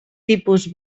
tipus